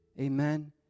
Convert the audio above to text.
Amen